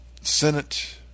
Senate